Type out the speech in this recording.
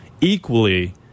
Equally